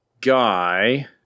guy